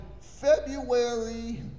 February